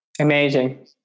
Amazing